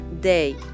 day